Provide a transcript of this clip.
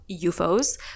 UFOs